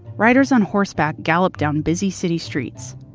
riders on horseback gallop down busy city streets.